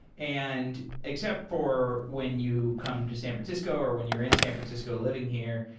and except for when you come to san francisco or when you're in san francisco living here,